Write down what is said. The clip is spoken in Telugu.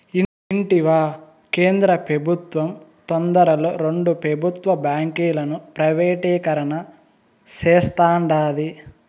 ఇంటివా, మన కేంద్ర పెబుత్వం తొందరలో రెండు పెబుత్వ బాంకీలను ప్రైవేటీకరణ సేస్తాండాది